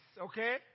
okay